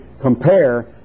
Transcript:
compare